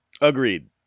Agreed